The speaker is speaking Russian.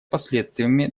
последствиями